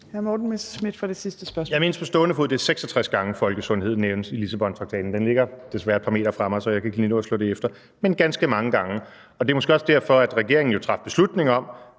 Jeg mindes på stående fod, at det er 66 gange, folkesundheden nævnes i Lissabontraktaten. Den ligger desværre et par meter fra mig, så jeg kan ikke lige slå det efter, men det er ganske mange gange. Det er måske også derfor, regeringen traf beslutning om